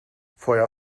feuer